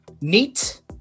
neat